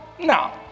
No